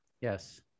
Yes